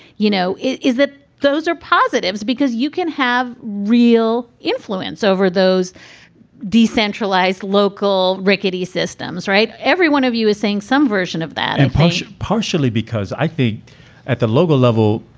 you know, is that those are positives because you can have real influence over those decentralized local recording systems. right every one of you is seeing some version of that impression, partially because i think at the local level,